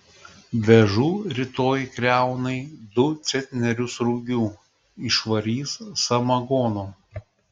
vežu rytoj kriaunai du centnerius rugių išvarys samagono